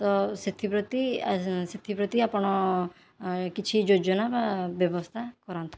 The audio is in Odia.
ତ ସେଥିପ୍ରତି ସେଥିପ୍ରତି ଆପଣ କିଛି ଯୋଜନା ବା ବ୍ୟବସ୍ତା କରାନ୍ତୁ